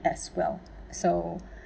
as well so